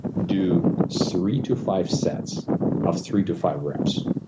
do three to five sets of three to five reps.